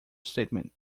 statement